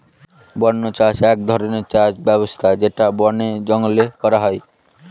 বন্য চাষ এক ধরনের চাষ ব্যবস্থা যেটা বনে জঙ্গলে করা হয়